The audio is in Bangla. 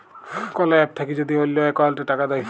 কল এপ থাক্যে যদি অল্লো অকৌলটে টাকা দেয়